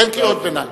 אין קריאות ביניים.